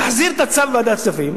תחזיר את הצו לוועדת הכספים,